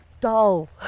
dull